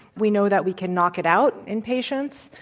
we know that we can knock it out in patients.